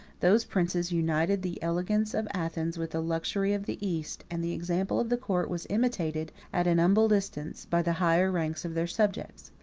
those princes united the elegance of athens with the luxury of the east, and the example of the court was imitated, at an humble distance, by the higher ranks of their subjects.